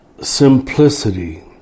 simplicity